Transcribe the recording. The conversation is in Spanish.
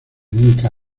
nunca